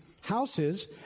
houses